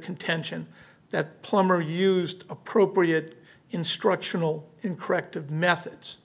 contention that plummer used appropriate instructional in corrective methods